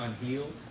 unhealed